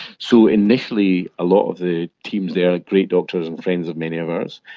so, initially a lot of the teams there, great doctors and friends of many of ours,